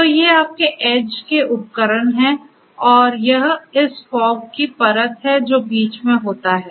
तो ये आपके ऐड्ज के उपकरण हैं और यह इस फॉग की परत है जो बीच में होता है